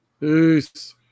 Peace